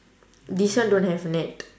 this one don't have net